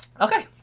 Okay